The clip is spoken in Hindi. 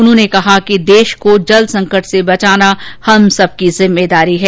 उन्होंने कहा कि देश को जल संकट से बचाना हम सबकी जिम्मेदारी है